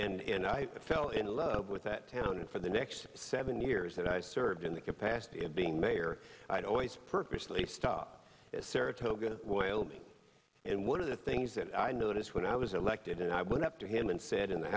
river and i fell in love with that town and for the next seven years that i served in that capacity of being mayor i'd always purposely stop saratoga oil and one of the things that i noticed when i was elected and i went up to him and said in the